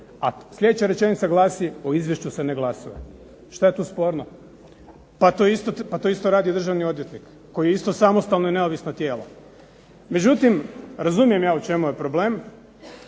a sljedeća rečenica glasi: o izvješću se ne glasuje. Šta je tu sporno? Pa to je isto radio državni odvjetnik koji je isto samostalno i neovisno tijelo. Međutim, razumijem je u čemu je problem,